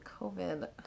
COVID